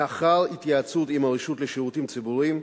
לאחר התייעצות עם הרשות לשירותים ציבוריים,